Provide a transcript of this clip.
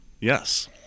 Yes